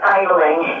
idling